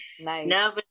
nice